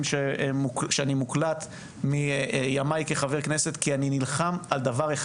בו אני מוקלט מימיי כחבר כנסת כי אני נלחם על דבר אחד.